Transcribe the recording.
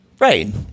Right